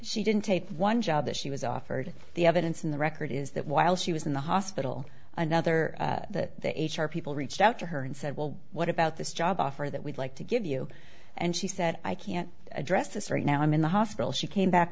she didn't take one job that she was offered the evidence in the record is that while she was in the hospital another that h r people reached out to her and said well what about this job offer that we'd like to give you and she said i can't address this right now i'm in the hospital she came back